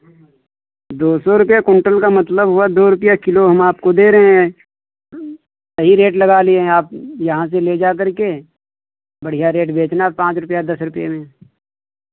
दो सौ रुपैया क्विंटल का मतलब हुआ दो रुपैया किलो हम आपको दे रहे हैं सही रेट लगा लिए हैं आप यहाँ से ले जाकर के बढ़ियाँ रेट बेचना पाँच रुपैया दस रुपए में